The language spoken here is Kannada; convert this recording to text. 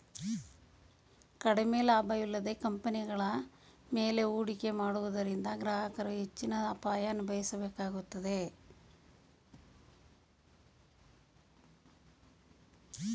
ಕಡಿಮೆ ಲಾಭವಿಲ್ಲದ ಕಂಪನಿಗಳ ಮೇಲೆ ಹೂಡಿಕೆ ಮಾಡುವುದರಿಂದ ಗ್ರಾಹಕರು ಹೆಚ್ಚಿನ ಅಪಾಯ ಅನುಭವಿಸಬೇಕಾಗುತ್ತದೆ